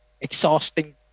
Exhausting